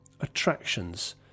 attractions